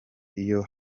iyo